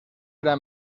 era